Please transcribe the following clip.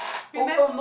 remember